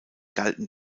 galten